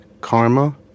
karma